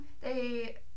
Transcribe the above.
they-